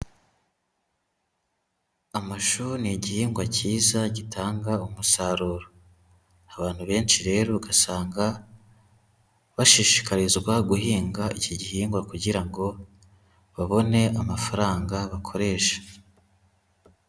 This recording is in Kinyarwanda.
Amashu ni igihingwa cyiza, gitanga umusaruro. Abantu benshi rero ugasanga, bashishikarizwa guhinga iki gihingwa kugira ngo babone amafaranga bakoresha.